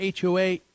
HOA